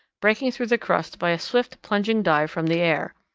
breaking through the crust by a swift plunging dive from the air.